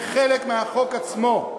כחלק מהחוק עצמו.